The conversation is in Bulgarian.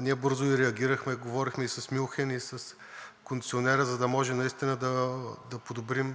ние бързо реагирахме, говорихме и с Мюнхен, и с концесионера, за да може наистина да подобрим